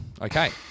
Okay